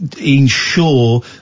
ensure